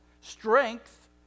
strength